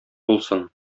булсын